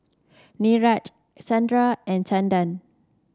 Niraj Chanda and Chanda